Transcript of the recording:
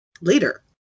later